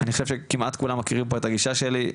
אני חושב שכמעט כולם פה יודעים את הגישה שלי,